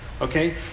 Okay